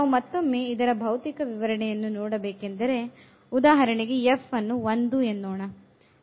ನಾವು ಮತ್ತೊಮ್ಮೆ ಇದರ ಭೌತಿಕ ವಿವರಣೆಯನ್ನು ನೋಡಬೇಕೆಂದರೆ ಉದಾಹರಣೆಗೆ f ಅನ್ನು ಎನ್ನೋಣ